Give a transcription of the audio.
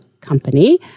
Company